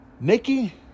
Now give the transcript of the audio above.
Nikki